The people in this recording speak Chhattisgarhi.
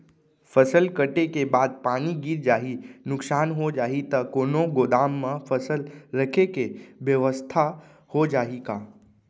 फसल कटे के बाद पानी गिर जाही, नुकसान हो जाही त कोनो गोदाम म फसल रखे के बेवस्था हो जाही का?